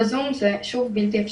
בזום זה בלתי אפשרי.